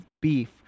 beef